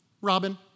Robin